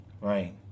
right